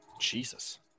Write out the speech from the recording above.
Jesus